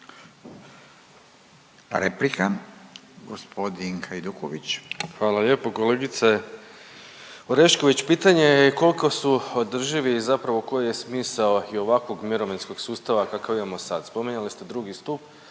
(Socijaldemokrati)** Hvala lijepo. Kolegice Orešković pitanje je kolko su održivi i zapravo koji je smisao i ovakvog mirovinskog sustava kakav imamo sad. spominjali ste drugi stup,